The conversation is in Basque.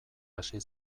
hasi